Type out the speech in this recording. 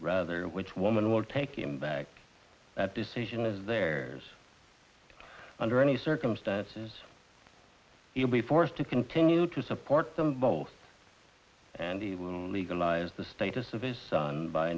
rather which woman will take him back that decision is theirs under any circumstances he'll be forced to continue to support them both and he will legalize the status of his son by